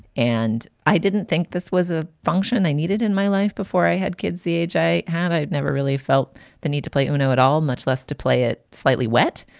and i didn't think this was a function i needed in my life before i had kids the age i had, i never really felt the need to play, you know at all, much less to play it slightly wet.